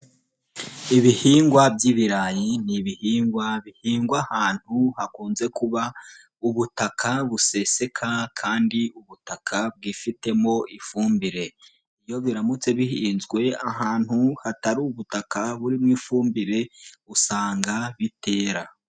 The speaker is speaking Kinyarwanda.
Ibihingwa by'ibirayi ni ibihingwa bihingwa ahantu hakunze kuba ubutaka buseseka kandi ubutaka bwifitemo ifumbire, iyo biramutse bihinzwe ahantu hatari ubutaka burimo ifumbire, usanga bitera.